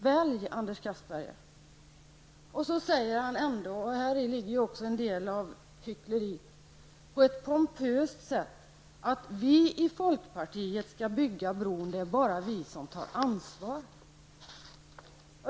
Välj, Så säger Anders Castberger ändå -- och häri ligger en hel del hyckleri -- på ett pompöst sätt att det är folkpartiet som skall bygga bron och att det bara är folkpartiet som tar ansvar.